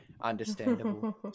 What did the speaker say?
Understandable